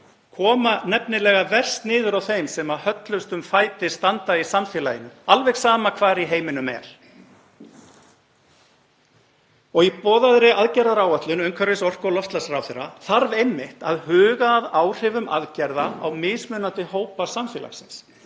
koma nefnilega verst niður á þeim sem höllustum fæti standa í samfélaginu, alveg sama hvar í heiminum það er. Í boðaðri aðgerðaáætlun umhverfis-, orku- og loftslagsráðherra þarf einmitt að huga að áhrifum aðgerða á mismunandi hópa samfélagsins,